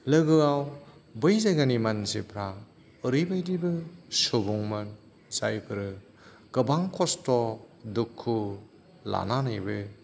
लोगोयाव बै जायगानि मानसिफोरा ओरैबायदिबो सुबुंमोन जायफोरा गोबां खस्थ' दुखु लानानैबो